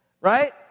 Right